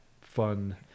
fun